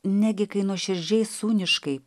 negi kai nuoširdžiai sūniškai